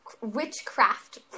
witchcraft